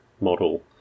model